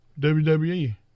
WWE